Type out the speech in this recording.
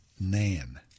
Nan